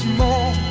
more